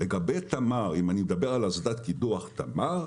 אם אני אדבר על אסדת קידוח תמר,